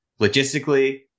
logistically